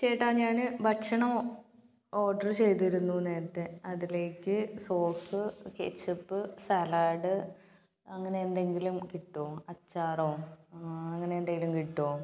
ചേട്ടാ ഞാൻ ഭക്ഷണോം ഓർഡർ ചെയ്തിരുന്നു നേരത്തെ അതിലേക്ക് സോസ് കെച്ചപ്പ് സലാഡ് അങ്ങനെ എന്തെങ്കിലും കിട്ടോ അച്ചാറോ അങ്ങനെ എന്തെങ്കിലും കിട്ടോ